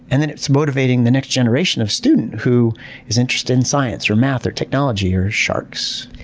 and then it's motivating the next generation of student who is interested in science, or math, or technology, or sharks.